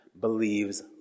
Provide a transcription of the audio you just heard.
believes